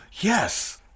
Yes